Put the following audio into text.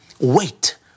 Wait